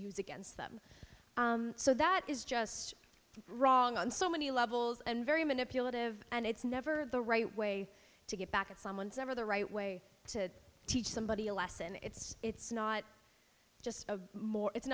use against them so that is just wrong on so many levels and very manipulative and it's never the right way to get back at someone's ever the right way to teach somebody a lesson it's it's not just a more it's